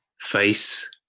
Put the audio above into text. face